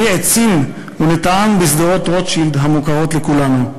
הביא עצים ונטעם בשדרות-רוטשילד המוכרות לכולנו.